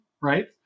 right